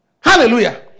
Hallelujah